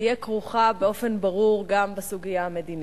תהיה כרוכה באופן ברור גם בסוגיה המדינית.